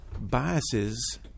biases